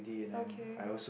okay